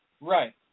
Right